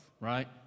right